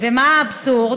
ומה האבסורד?